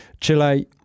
Chile